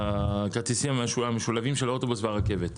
בכרטיסים המשולבים של האוטובוס והרכבת,